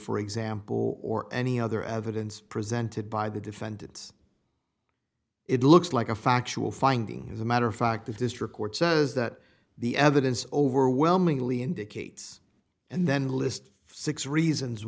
for example or any other evidence presented by the defendants it looks like a factual finding as a matter of fact the district court says that the evidence overwhelmingly indicates and then list six reasons